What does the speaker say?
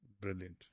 Brilliant